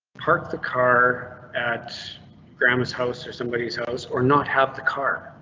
park the car at grammas house or somebody's house or not have the car.